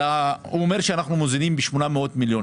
הוא אומר שאנחנו מוזילים ב-800 מיליון,